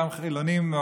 גם חילונים,